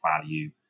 value